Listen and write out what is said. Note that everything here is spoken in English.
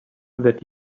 that